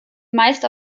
meist